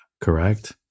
correct